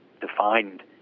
defined